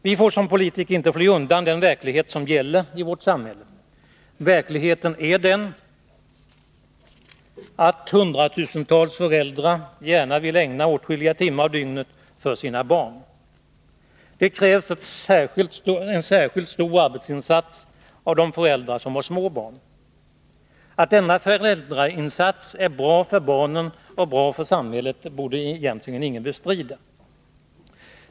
Vi får som politiker inte fly undan den verklighet som gäller i vårt samhälle. Verkligheten är den att hundratusentals föräldrar gärna vill ägna åtskilliga timmar av dygnet åt sina barn. Det krävs en särskilt stor arbetsinsats av de föräldrar som har små barn. Att denna föräldrainsats är bra för barnen och bra för samhället borde egentligen ingen bestrida.